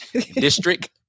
District